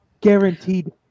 guaranteed